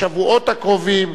בשבועות הקרובים,